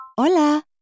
Hola